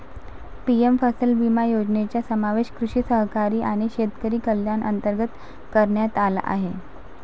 PM फसल विमा योजनेचा समावेश कृषी सहकारी आणि शेतकरी कल्याण अंतर्गत करण्यात आला आहे